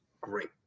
great